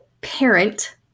parent